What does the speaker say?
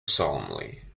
solemnly